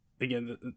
again